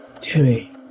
Timmy